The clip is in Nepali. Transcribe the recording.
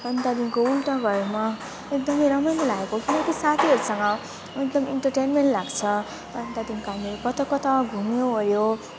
अनि त्यहाँदेखिको उल्टा घरमा एकदमै राम्रो नै लागेको किनकि साथीहरूसँग एकदम इन्टरटेनमेन्ट लाग्छ अनि त्यहाँदेखिको हामीले कता कता घुम्यौँओर्यौँ